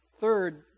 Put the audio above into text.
Third